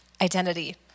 identity